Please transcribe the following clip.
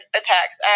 attacks